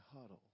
huddle